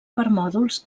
permòdols